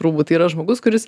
rūbų tai yra žmogus kuris